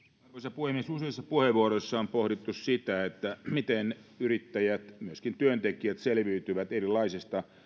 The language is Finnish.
puhemies useissa puheenvuoroissa on pohdittu sitä miten yrittäjät myöskin työntekijät selviytyvät erilaisista